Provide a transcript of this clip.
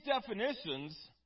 definitions